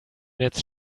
its